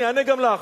אני אענה גם לך.